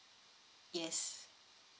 yes